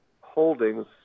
holdings